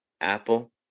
apple